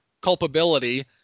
culpability